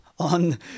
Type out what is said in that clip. On